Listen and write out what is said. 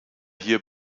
hier